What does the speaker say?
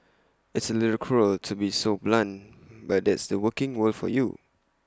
it's A little cruel to be so blunt but that's the working world for you